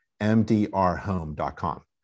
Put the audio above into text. mdrhome.com